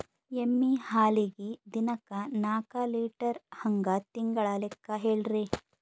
ಎಮ್ಮಿ ಹಾಲಿಗಿ ದಿನಕ್ಕ ನಾಕ ಲೀಟರ್ ಹಂಗ ತಿಂಗಳ ಲೆಕ್ಕ ಹೇಳ್ರಿ?